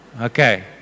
Okay